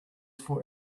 for